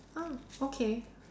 ah okay